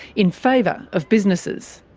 in favour of businesses.